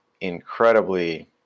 incredibly